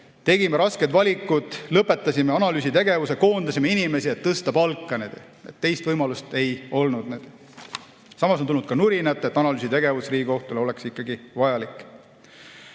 tegime rasked valikud, lõpetasime analüüsitegevuse, koondasime inimesi, et tõsta [nõunike] palka, teist võimalust ei olnud. Samas on tulnud ka nurinat, et analüüsitegevus oleks Riigikohtus ikkagi vajalik.